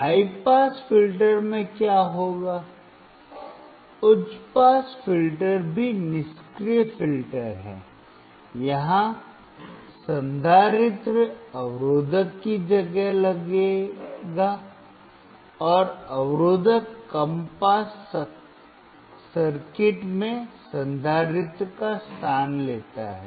high pass filter में क्या होता है